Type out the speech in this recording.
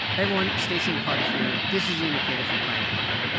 everyone. stacey and cardiff here. this is the indicator from planet money.